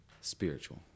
Spiritual